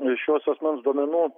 į šiuos asmens duomenų